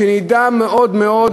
שנדע מאוד מאוד,